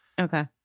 Okay